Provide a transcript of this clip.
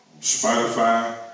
Spotify